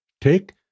Take